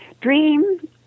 dream